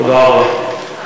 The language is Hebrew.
תודה רבה.